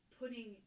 putting